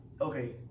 Okay